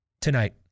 tonight